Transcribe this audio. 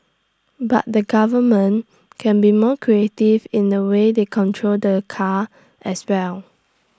but the government can be more creative in the way they control the the car as well